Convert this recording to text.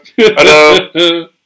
hello